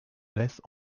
laisse